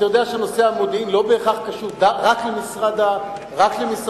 אתה יודע שנושא המודיעין לא בהכרח קשור רק למשרד החוץ,